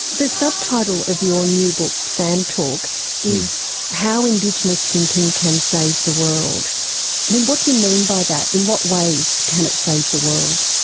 the subtitle of your new book sand talk is how indigenous thinking can save the world. i mean, what do you mean by that, in what ways can it save the world?